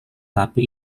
tapi